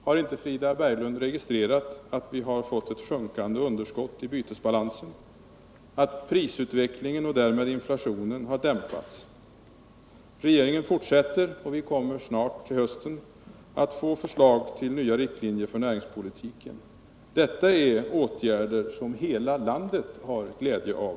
Har inte Frida Berglund registrerat att vi har fått ett sjunkande underskott i bytesbalansen, att prisutvecklingen och därmed inflationen har dämpats? Regeringen fortsätter, och vi kommer till hösten att få förslag till nya riktlinjer för näringspolitiken. Det är åtgärder som hela landet har glädje av.